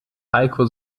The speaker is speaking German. heiko